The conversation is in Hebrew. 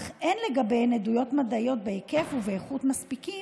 אך אין לגביהן עדויות מדעיות בהיקף ובאיכות מספיקים,